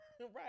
Right